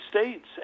States